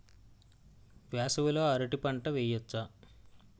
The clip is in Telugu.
వేసవి లో అరటి పంట వెయ్యొచ్చా?